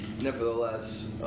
Nevertheless